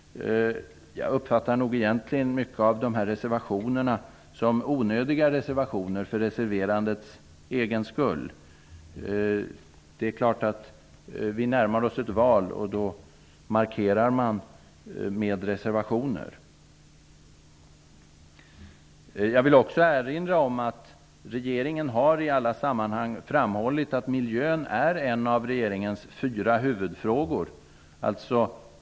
Jag uppfattar egentligen många av reservationerna som onödiga, reservationer för reserverandets egen skull. Vi närmar oss ett val, och då markerar man med reservationer. Jag vill också erinra om att regeringen i alla sammanhang framhållit att miljöfrågorna är en av regeringens fyra huvudfrågor.